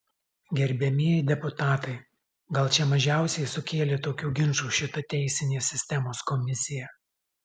gerbiamieji deputatai gal čia mažiausiai sukėlė tokių ginčų šita teisinės sistemos komisija